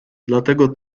dlatego